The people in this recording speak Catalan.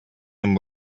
amb